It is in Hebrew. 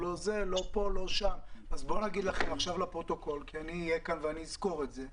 לא שעכשיו נאריך ונאריך את זה.